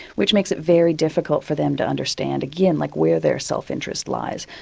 which makes it very difficult for them to understand, again, like where their self-interest lies.